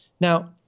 Now